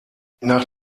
nach